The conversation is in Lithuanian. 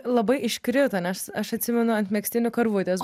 labai iškrito nes aš atsimenu ant megztinių karvutės